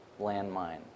landmine